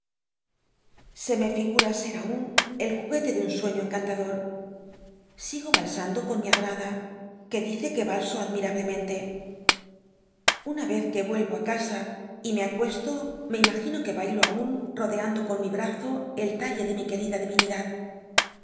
se me llgma ser aun el juguete de un sueño encantado sigo alsando con mi adorada que dice z que m elro á lle valso admirablemente una c casa y me acuesto me imagino que bailo aun rodeando con mi brazo el talle de mi quel'icla dhinidad